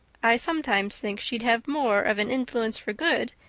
i sometimes think she'd have more of an influence for good,